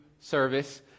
service